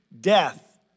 death